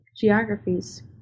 geographies